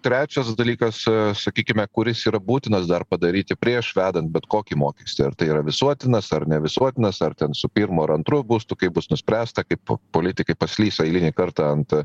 trečias dalykas sakykime kuris yra būtinas dar padaryti prieš vedant bet kokį mokestį ar tai yra visuotinas ar ne visuotinas ar ten su pirmu ar antru būstu kaip bus nuspręsta kaip politikai paslys eilinį kartą ant